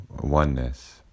oneness